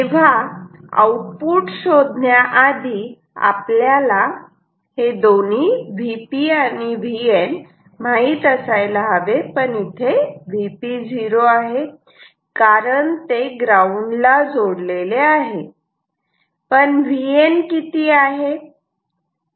तेव्हा output Vo शोधण्या आधी आपल्याला हे दोन्ही Vp व Vn माहीत असायला हवे पण इथे Vp 0 आहे कारण ते ग्राऊंडला जोडलेले आहे पण Vn किती आहे